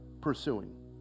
pursuing